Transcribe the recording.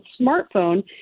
smartphone